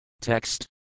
Text